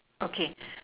okay